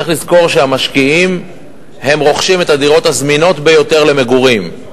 צריך לזכור שהמשקיעים רוכשים את הדירות הזמינות ביותר למגורים.